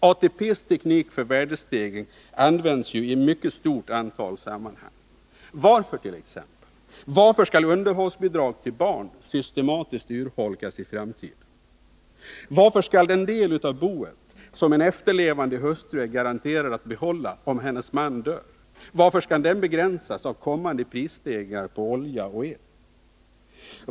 ATP:s teknik för värdesäkring används ju i ett mycket stort antal sammanhang. Varför skallt.ex. underhållsbidrag till barn systematiskt urholkas i framtiden? Varför skall den del av boet som en efterlevande hustru är garanterad att behålla om hennes man dör, begränsas av kommande prisstegringar på olja och el?